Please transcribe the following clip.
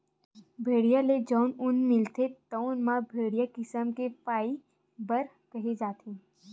भेड़िया ले जउन ऊन मिलथे तउन ल बड़िहा किसम के फाइबर केहे जाथे